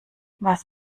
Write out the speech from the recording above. was